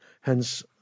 hence